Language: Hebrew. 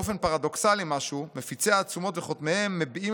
באופן פרדוקסלי משהו העצומות וחותמיהן מביעים